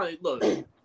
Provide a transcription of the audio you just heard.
look